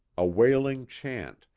a wailing chant,